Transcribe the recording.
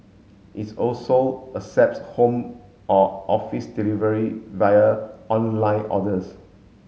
is also accepts home or office delivery via online orders